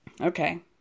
Okay